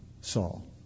Saul